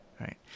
Right